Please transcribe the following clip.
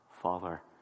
Father